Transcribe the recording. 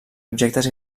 objectes